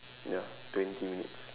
ya twenty minutes